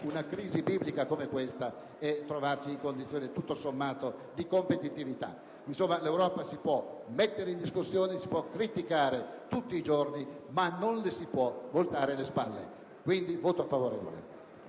una crisi biblica come questa in condizioni tutto sommato di competitività. Insomma, l'Europa si può mettere in discussione, si può criticare tutti i giorni, ma non le si può voltare le spalle, quindi annuncio il voto favorevole